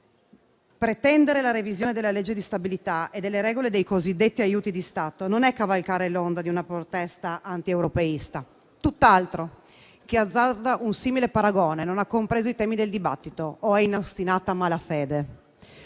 Pretendere la revisione della legge di stabilità e delle regole dei cosiddetti aiuti di Stato non è cavalcare l'onda di una protesta antieuropeista, tutt'altro. Chi azzarda un simile paragone non ha compreso i temi del dibattito o è in ostinata malafede,